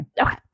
Okay